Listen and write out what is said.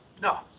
no